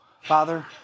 Father